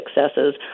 successes